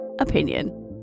opinion